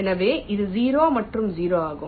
எனவே இது 0 மற்றும் 0 ஆகும்